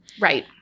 Right